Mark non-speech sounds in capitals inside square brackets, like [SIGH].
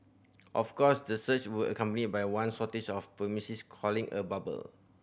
of course the surge were accompanied by one shortage of [UNINTELLIGIBLE] calling a bubble